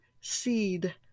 seed